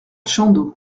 chandos